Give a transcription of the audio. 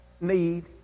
need